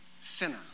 Sinner